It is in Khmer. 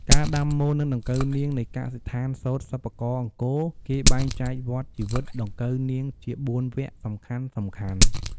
ការដាំមន និងដង្កូវនាង នៃកសិដ្ឋានសូត្រសិប្បករអង្គរ គេបែងចែកវដ្ដជីវិតដង្កូវនាងជា៤វគ្គសំខាន់ៗ។